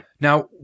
now